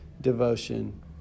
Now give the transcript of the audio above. devotion